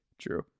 True